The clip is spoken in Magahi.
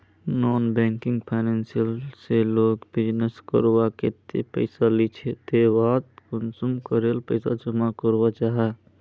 नॉन बैंकिंग फाइनेंशियल से लोग बिजनेस करवार केते पैसा लिझे ते वहात कुंसम करे पैसा जमा करो जाहा?